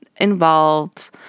involved